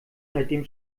seitdem